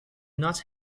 not